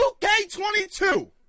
2K22